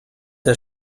der